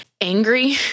angry